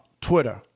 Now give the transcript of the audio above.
Twitter